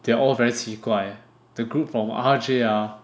they're all very 奇怪 the group from R_J ah